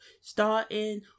starting